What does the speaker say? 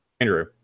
Andrew